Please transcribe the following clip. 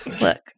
Look